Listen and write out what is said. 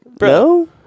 No